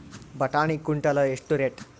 ಬಟಾಣಿ ಕುಂಟಲ ಎಷ್ಟು ರೇಟ್?